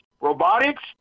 robotics